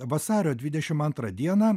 vasario dvidešim antrą dieną